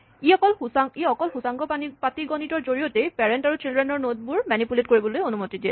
ই অকল সূচাংক পাটীগণিতৰ জৰিয়তেই পেৰেন্ট আৰু চিল্ড্ৰেনৰ নড বোৰ মেনিপুলেট কৰিবলৈ অনুমতি দিয়ে